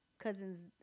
cousins